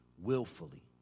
willfully